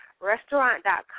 Restaurant.com